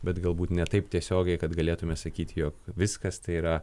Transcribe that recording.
bet galbūt ne taip tiesiogiai kad galėtume sakyt jog viskas tai yra